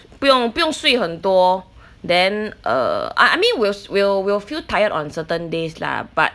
不用不用睡很多 then err I I mean will will will feel tired on certain days lah but